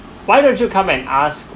why don't you come and ask